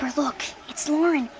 look, it's lauren,